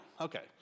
okay